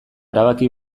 erabaki